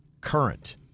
Current